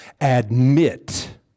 admit